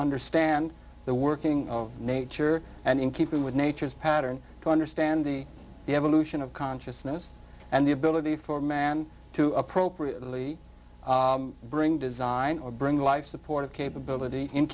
understand the workings of nature and in keeping with nature's pattern to understand the evolution of consciousness and the ability for man to appropriately bring design or bring life support capability in